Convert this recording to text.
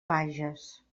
bages